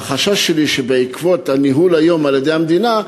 החשש שלי הוא שבעקבות הניהול היום על-ידי המדינה,